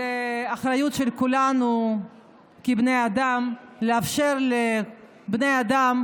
זו אחריות של כולנו כבני אדם לאפשר לבני אדם